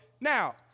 Now